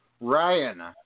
Ryan